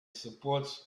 supports